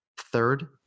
Third